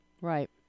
Right